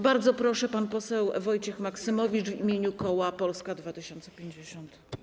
Bardzo proszę, pan poseł Wojciech Maksymowicz w imieniu koła Polska 2050.